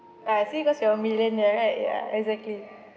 I think cause you're a millionaire right yeah exactly